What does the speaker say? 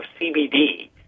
CBD